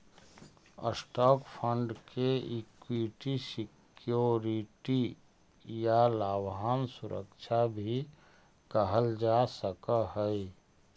stock fund के equity security या लाभांश सुरक्षा भी कहल जा सकऽ हई